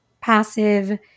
passive